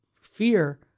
fear